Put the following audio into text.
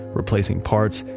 replacing parts,